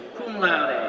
cum laude,